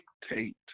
dictate